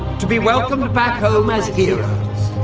to be welcomed back home as heroes.